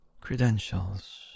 credentials